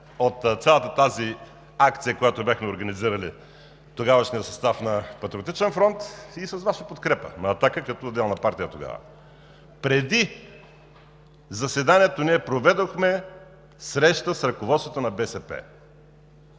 от цялата тази акция, която бяхме организирали тогавашния състав на „Патриотичен фронт“ и с Ваша подкрепа – на „Атака“, като отделна партия тогава. Преди заседанието проведохме среща с ръководството на БСП.